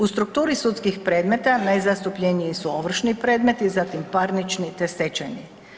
U strukturi sudskih predmeta najzastupljeniji su ovršni predmeti, zatim parnični te stečajni.